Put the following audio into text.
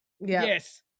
Yes